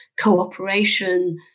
cooperation